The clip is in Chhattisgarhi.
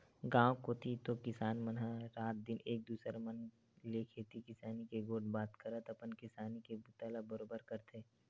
गाँव कोती तो किसान मन ह रात दिन एक दूसर मन ले खेती किसानी के गोठ बात करत अपन किसानी के बूता ला बरोबर करथे